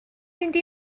fynd